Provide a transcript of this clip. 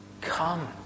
come